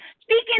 Speaking